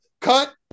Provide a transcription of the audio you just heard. cut